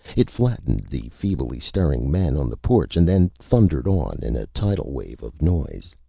it flattened the feebly-stirring men on the porch and then thundered on in a tidal wave of noise.